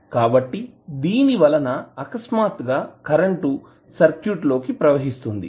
కాబట్టి దీని వలన అకస్మాత్తుగా కరెంటు సర్క్యూట్ లోకి ప్రవహిస్తుంది